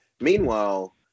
Meanwhile